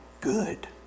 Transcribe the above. good